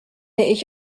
ich